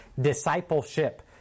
discipleship